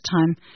time